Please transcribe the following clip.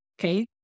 Okay